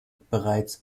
bereits